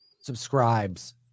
subscribes